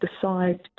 decide